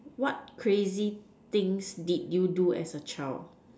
what crazy things did you do as a child